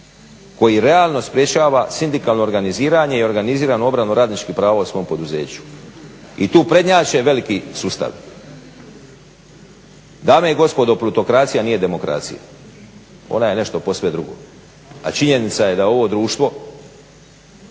koji realno sprječava sindikalno organiziranje i organiziranu obranu radničkih prava u svome poduzeću. I tu prednjače veliki sustavi. Dame i gospodo plutokracija nije demokracija. Ona je nešto posve drugo. A činjenica je da ovo društvo,